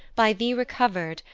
by thee recover'd,